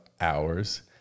hours